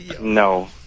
No